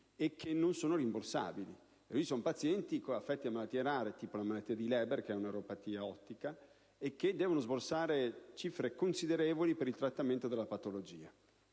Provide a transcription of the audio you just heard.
C, che non sono rimborsabili. Sono pazienti affetti da malattie rare, tipo la malattia di Leber, che è una neuropatia ottica, che devono sborsare cifre considerevoli per il trattamento della patologia.